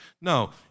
No